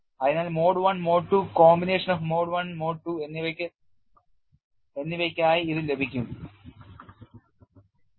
അതിനാൽ mode I mode II combination of mode I mode II എന്നിവക്ക് ആയി ഇത് ലഭിക്കും